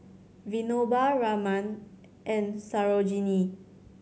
Vinoba Raman and Sarojini